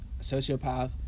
sociopath